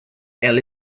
ela